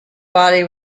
body